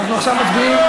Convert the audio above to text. אנחנו עכשיו מצביעים,